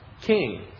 king